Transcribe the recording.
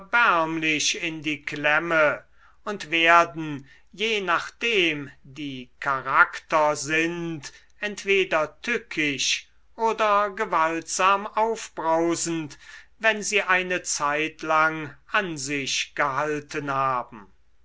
in die klemme und werden je nachdem die charakter sind entweder tückisch oder gewaltsam aufbrausend wenn sie eine zeitlang an sich gehalten haben